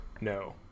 No